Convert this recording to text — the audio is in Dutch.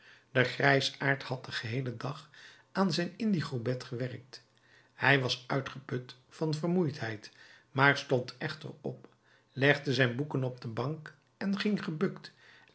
de grijsaard had den geheelen dag aan zijn indigobed gewerkt hij was uitgeput van vermoeidheid maar stond echter op legde zijn boeken op de bank en ging gebukt